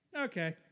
Okay